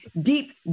deep